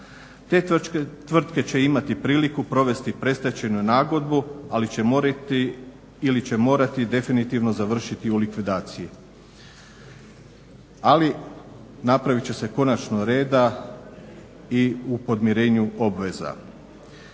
Te tvrtke će imati priliku provesti predstečajnu nagodbu ili će morati definitivno završiti u likvidaciji, ali napravit će se konačno reda i u podmirenju obveza.